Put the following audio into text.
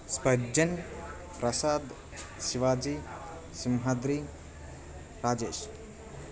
స్పజ్జన్ Prasad Shivaji Simhadri Rajesh